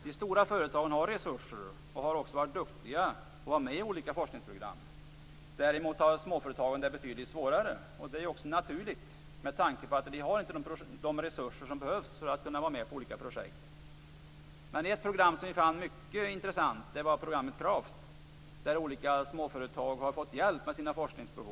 De stora företagen har resurser och har också varit duktiga på att vara med i olika forskningsprogram. Däremot har småföretagen det betydligt svårare. Det är också naturligt med tanke på att de inte har de resurser som behövs för att vara med i olika projekt. Ett program som vi fann mycket intressant var Craft, där olika småföretag har fått hjälp med sina forskningsbehov.